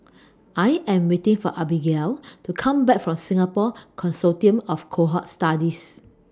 I Am waiting For Abigayle to Come Back from Singapore Consortium of Cohort Studies